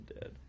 dead